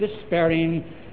despairing